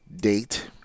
date